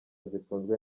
zikunzwe